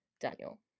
Daniel